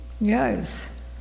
yes